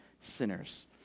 sinners